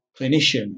clinician